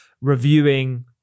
reviewing